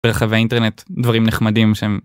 ברחבי אינטרנט דברים נחמדים שהם.